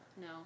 No